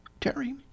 Terry